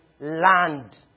land